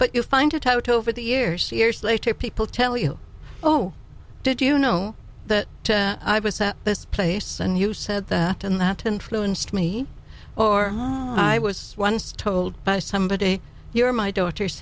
but you find to toto over the years years later people tell you oh did you know that i was at this place and you said that and that influenced me or i was once told by somebody here my daughter's